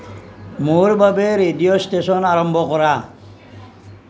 মোৰ বাবে radio station আৰম্ভ কৰা